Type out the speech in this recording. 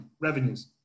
revenues